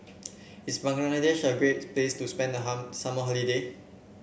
is Bangladesh a great place to spend the hammer summer holiday